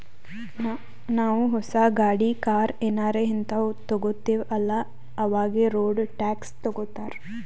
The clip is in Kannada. ನಾವೂ ಹೊಸ ಗಾಡಿ, ಕಾರ್ ಏನಾರೇ ಹಿಂತಾವ್ ತಗೊತ್ತಿವ್ ಅಲ್ಲಾ ಅವಾಗೆ ರೋಡ್ ಟ್ಯಾಕ್ಸ್ ತಗೋತ್ತಾರ್